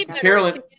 Carolyn